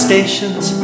Stations